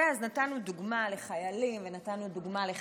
אז נתנו דוגמה של חיילים ונתנו דוגמה של חיילות,